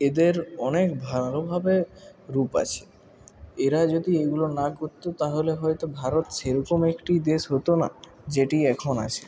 এদের অনেক ভালোভাবে রূপ আছে এরা যদি এগুলো না করতো তাহলে হয়তো ভারত সেরকম একটি দেশ হতো না যেটি এখন আছে